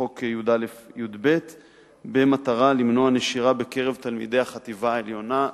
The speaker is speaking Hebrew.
לחוק י”א-י”ב במטרה למנוע נשירה בקרב תלמידי החטיבה העליונה,